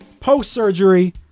post-surgery